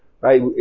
right